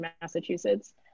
Massachusetts